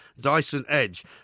Dyson-Edge